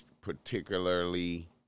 particularly